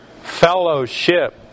fellowship